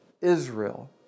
Israel